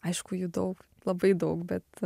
aišku jų daug labai daug bet